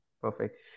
perfect